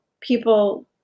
people